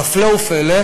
אז הפלא ופלא,